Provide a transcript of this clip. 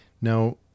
Now